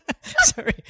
Sorry